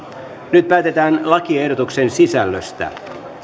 nyt päätetään lakiehdotuksen sisällöstä